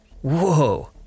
Whoa